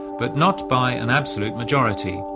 but not by an absolute majority.